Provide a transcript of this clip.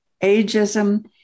ageism